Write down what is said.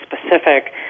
specific